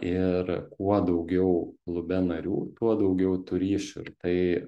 ir kuo daugiau klube narių tuo daugiau tų ryšių ir tai